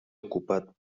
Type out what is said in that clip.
ocupat